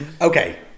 Okay